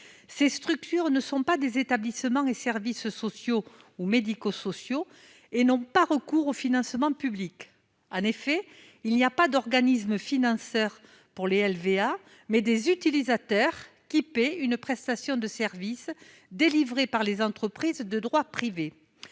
Ces structures ne sont pas des établissements et services sociaux ou médico-sociaux et n'ont pas recours aux financements publics. En effet, il n'y a pas d'organisme « financeur » pour les LVA ; il y a des « utilisateurs », qui paient une prestation de services délivrée par des entreprises de droit privé.